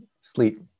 sleep